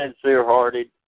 sincere-hearted